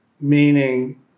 meaning